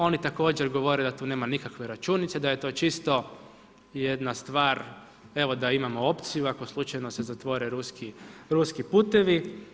Oni također govore da tu nema nikakve računice, da je to čisto jedna stvar evo da imamo opciju, ako slučajno se zatvore ruski putevi.